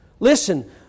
Listen